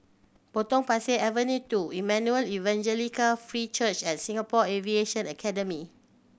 Potong Pasir Avenue Two Emmanuel Evangelical Free Church and Singapore Aviation Academy